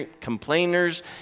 complainers